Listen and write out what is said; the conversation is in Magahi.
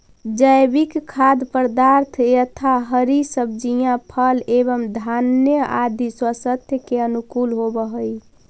जैविक खाद्य पदार्थ यथा हरी सब्जियां फल एवं धान्य आदि स्वास्थ्य के अनुकूल होव हई